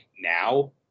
now